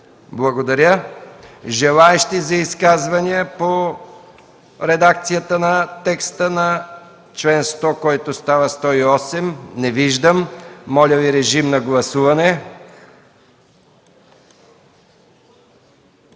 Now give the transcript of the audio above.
Благодаря. Има ли желаещи за изказвания по редакцията на текста на чл. 100, който става чл. 108? Не виждам. Моля, режим на гласуване.